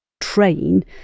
train